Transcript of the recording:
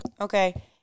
Okay